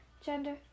gender